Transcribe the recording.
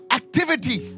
activity